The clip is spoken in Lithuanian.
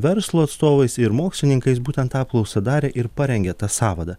verslo atstovais ir mokslininkais būtent apklausą darė ir parengė tą sąvadą